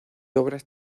obras